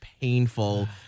painful